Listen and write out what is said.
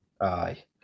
aye